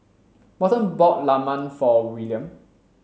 Morton bought Lemang for Willaim